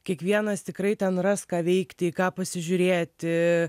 kiekvienas tikrai ten ras ką veikti į ką pasižiūrėti